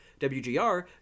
WGR